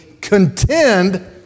contend